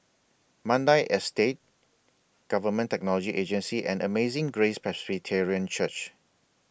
Mandai Estate Government Technology Agency and Amazing Grace Presbyterian Church